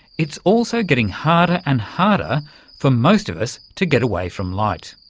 it's also getting harder and harder for most of us to get away from light.